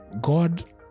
God